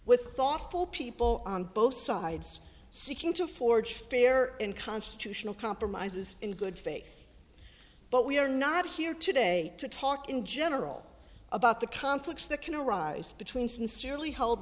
with thoughtful people on both sides seeking to forge fair and constitutional compromises in good faith but we are not here today to talk in general about the conflicts that can arise between sincerely held